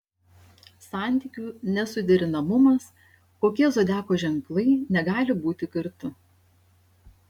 santykių nesuderinamumas kokie zodiako ženklai negali būti kartu